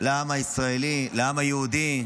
לעם הישראלי, לעם היהודי.